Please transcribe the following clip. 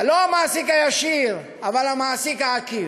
לא המעסיק הישיר, אבל המעסיק העקיף.